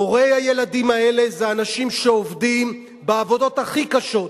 הורי הילדים האלה זה אנשים שעובדים בעבודות הכי קשות,